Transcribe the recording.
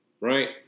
Right